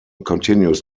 continues